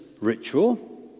ritual